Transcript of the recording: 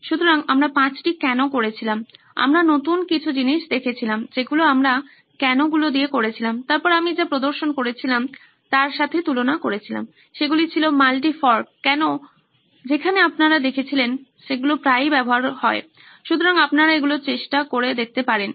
সুতরাং আমরা পাঁচটি কেন করেছিলাম আমরা নতুন কিছু জিনিস দেখেছিলাম যেগুলো আমরা কেন গুলি দিয়ে করেছিলাম তারপর আমি যা প্রদর্শন করেছিলাম তার সাথে তুলনা করেছিলাম সেগুলো ছিল মাল্টি ফর্ক কেন যেখানে আপনারা দেখেছিলেন সেগুলো প্রায়ই ব্যবহারও হয় সুতরাং আপনারা এগুলোও চেষ্টা করে দেখতে পারেন